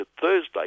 Thursday